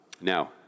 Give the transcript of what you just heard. Now